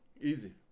Easy